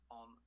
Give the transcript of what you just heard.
on